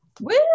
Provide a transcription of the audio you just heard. Woo